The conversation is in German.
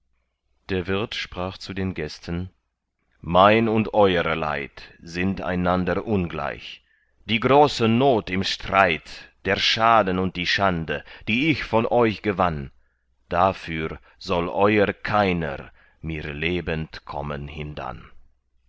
der wirt sprach zu den gästen mein und euer leid sind einander ungleich die große not im streit der schaden und die schande die ich von euch gewann dafür soll euer keiner mir lebend kommen hindann